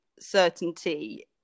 certainty